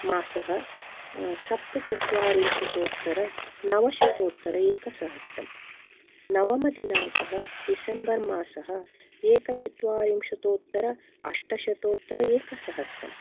मासः सप्तचत्त्वारिंशदोत्तरनवशतोत्तर एकसहस्रम् नवमदिनाङ्कः डिसम्बर् मासः एकचत्त्वारिंशदोत्तर अष्टशतोत्तर एकसहस्रम्